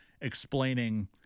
explaining